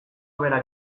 berak